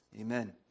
Amen